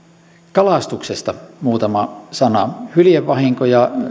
kalastuksesta muutama sana hyljevahinkoja